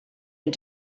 and